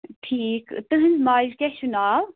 ٹھیٖک تُہٕنٛزِ ماجہِ کیٛاہ چھُ ناو